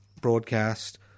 broadcast